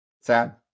Sad